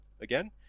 again